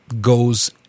goes